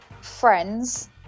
Friends